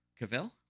Cavill